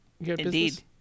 Indeed